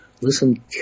Listen